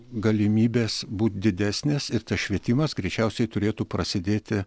galimybės būt didesnės ir švietimas greičiausiai turėtų prasidėti